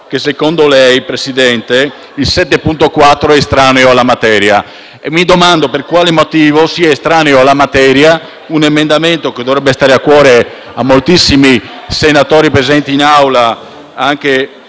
che secondo lei, Presidente, l'emendamento 7.4 è estraneo alla materia. Mi domando per quale motivo sia estraneo alla materia un emendamento che dovrebbe stare a cuore a moltissimi senatori presenti in Aula o